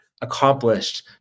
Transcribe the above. accomplished